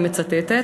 ואני מצטטת: